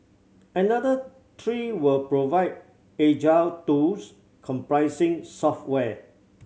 another three will provide agile tools comprising software